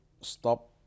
stop